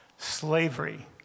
Slavery